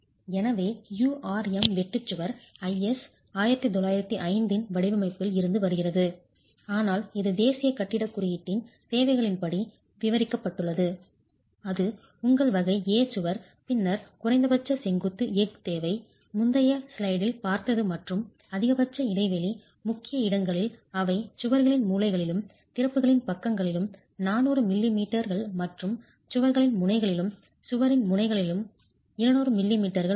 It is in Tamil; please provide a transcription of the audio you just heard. எனவே URM வெட்டு சுவர் IS 1905 வடிவமைப்பில் இருந்து வருகிறது ஆனால் இது தேசிய கட்டிடக் குறியீட்டின் தேவைகளின்படி விவரிக்கப்பட்டுள்ளது அது உங்கள் வகை A சுவர் பின்னர் குறைந்தபட்ச செங்குத்து எஃகு தேவை முந்தைய ஸ்லைடில் பார்த்தது மற்றும் அதிகபட்ச இடைவெளி முக்கிய இடங்களில் அவை சுவர்களின் மூலைகளிலும் திறப்புகளின் பக்கங்களிலும் 400 மில்லிமீட்டர்கள் மற்றும் சுவர்களின் முனைகளிலும் சுவரின் முனைகளிலிருந்து 200 மில்லிமீட்டர்கள் ஆகும்